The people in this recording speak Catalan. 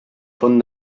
font